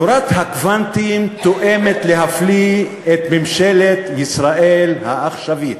תורת הקוונטים תואמת להפליא את ממשלת ישראל העכשווית,